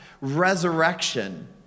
resurrection